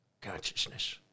consciousness